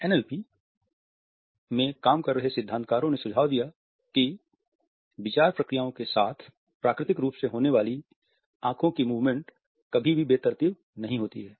NLP के क्षेत्र में काम कर रहे सिद्धांतकारो ने सुझाव दिया कि विचार प्रक्रियाओं के साथ प्राकृतिक रूप से होने वाली आँखों की मूवमेंट्स कभी भी बेतरतीब नहीं होती है